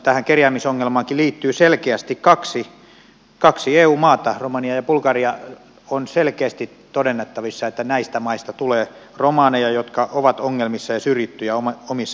tähän kerjäämisongelmaankin liittyy selkeästi kaksi eu maata romania ja bulgaria ja on selkeästi todennettavissa että näistä maista tulee romaneja jotka ovat ongelmissa ja syrjittyjä omissa maissaan